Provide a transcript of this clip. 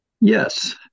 Yes